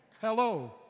Hello